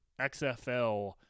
xfl